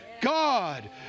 God